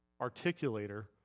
articulator